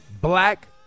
black